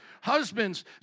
Husbands